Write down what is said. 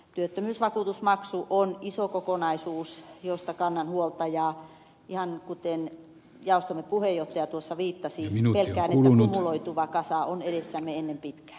työttömyysvakuutusmaksu on iso kokonaisuus josta kannan huolta ja ihan kuten jaostomme puheenjohtaja tuossa viittasi pelkään että kumuloituva kasa on edessämme ennen pitkää